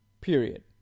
period